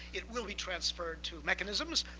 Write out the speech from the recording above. it will be transferred to mechanisms.